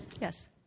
Yes